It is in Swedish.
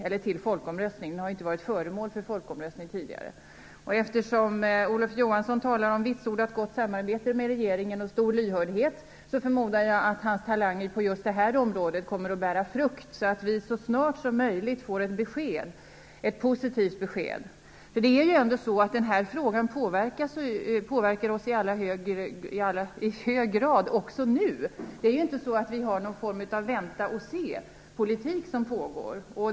Den har inte varit föremål för folkomröstning tidigare. Eftersom Olof Johansson talar om vitsordat gott samarbete med regeringen och stor lyhördhet förmodar jag att hans talanger på just det här området kommer att bära frukt så att vi så snart som möjligt får ett positivt besked. Den här frågan påverkar oss i hög grad också nu. Det är inte så att det pågår någon form av vänta-och-se-politik.